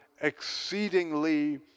exceedingly